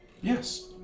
Yes